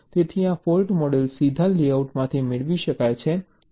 તેથી આ fault models સીધા લેઆઉટમાંથી મેળવી શકાય છે